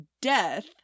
death